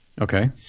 Okay